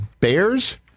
Bears